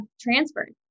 transferred